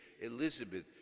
Elizabeth